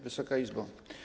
Wysoka Izbo!